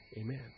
Amen